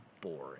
boring